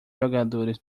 jogadores